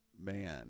man